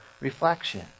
reflection